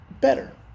better